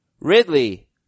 Ridley